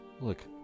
Look